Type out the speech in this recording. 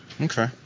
Okay